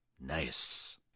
Nice